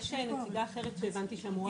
יש נציגה אחרת שהבנתי שהיא אמורה להגיע.